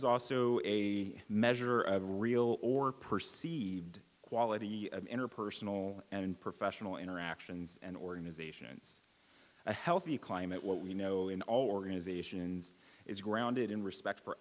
is also a measure of real or perceived quality of interpersonal and professional interactions and organizations a healthy climate what we know in all organizations is grounded in respect for